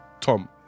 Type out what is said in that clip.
Tom